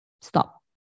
stop